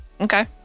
okay